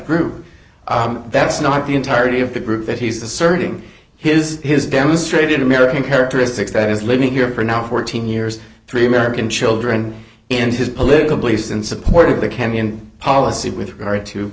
group that's not the entirety of the group that he's asserting his has demonstrated american characteristics that is living here for now fourteen years three american children and his political beliefs and supported the kenyan policy with regard to